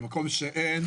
במקום שאין,